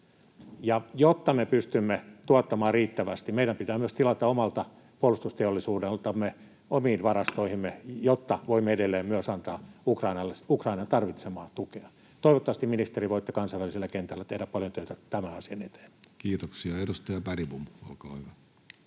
Jotta me pystymme tuottamaan riittävästi, meidän pitää myös tilata omalta puolustusteollisuudeltamme omiin varastoihimme, jotta voimme edelleen myös antaa Ukrainalle Ukrainan tarvitsemaa tukea. Toivottavasti, ministeri, voitte kansainvälisellä kentällä tehdä paljon töitä tämän asian eteen. [Speech 402] Speaker: Jussi Halla-aho